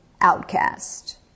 outcast